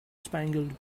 spangled